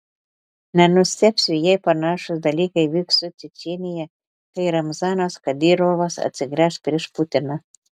nenustebsiu jei panašūs dalykai vyks su čečėnija kai ramzanas kadyrovas atsigręš prieš putiną